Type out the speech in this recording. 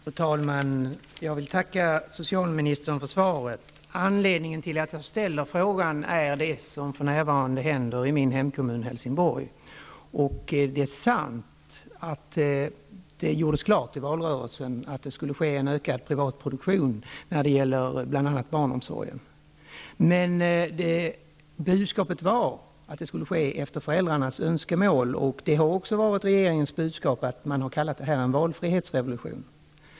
Fru talman! Jag vill tacka socialministern för svaret. Anledningen till att jag ställt frågan är det som för närvarande händer i min hemkommun, Helsingborg. Det är sant att det gjordes klart i valrörelsen att det skulle bli en ökad privat produktion när det gäller bl.a. barnomsorgen. Men budskapet var att det skulle ske enligt föräldrarnas önskemål, och det har också varit regeringens budskap; man har kallat det här en valfrihetsrevolution.